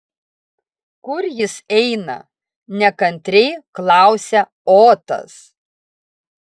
kur jis eina nekantriai klausia otas